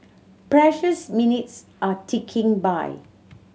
precious minutes are ticking by